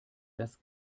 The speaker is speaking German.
das